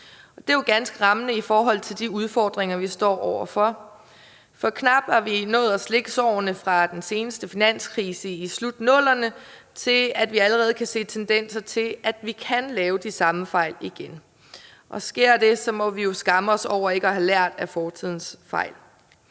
Det er jo ganske rammende i forhold til de udfordringer, vi står over for, for knap har vi nået at slikke sårene fra den seneste finanskrise i slut-00'erne, før vi allerede kan se tendenser til, at vi kan lave de samme fejl igen, og sker det, må vi jo skamme os over ikke at have lært af fortidens fejl.